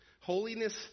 Holiness